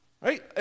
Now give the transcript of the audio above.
right